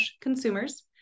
consumers